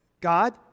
God